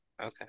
Okay